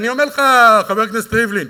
אני אומר לך, חבר הכנסת ריבלין,